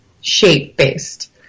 shape-based